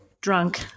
drunk